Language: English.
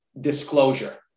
disclosure